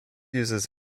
uses